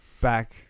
Back